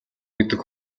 гэдэг